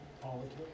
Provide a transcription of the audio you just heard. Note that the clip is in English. Politics